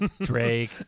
Drake